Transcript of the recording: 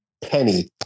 penny